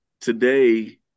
today